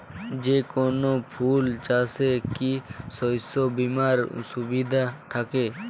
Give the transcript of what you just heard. যেকোন ফুল চাষে কি শস্য বিমার সুবিধা থাকে?